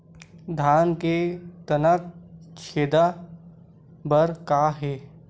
धान के तनक छेदा बर का हे?